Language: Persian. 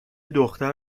دختر